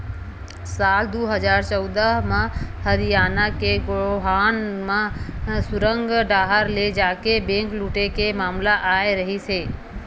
साल दू हजार चौदह म हरियाना के गोहाना म सुरंग डाहर ले जाके बेंक लूटे के मामला आए रिहिस हे